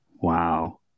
Wow